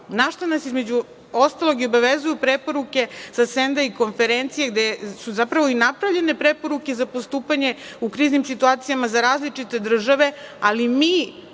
na šta nas između ostalog i obavezuju preporuke sa konferencija gde su zapravo i napravljene preporuke za postupanje u kriznim situacijama za različite države. Ali mi,